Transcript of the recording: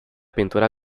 pintura